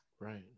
Right